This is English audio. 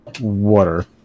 water